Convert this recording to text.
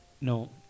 No